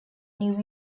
new